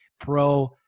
pro